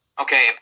Okay